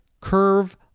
curve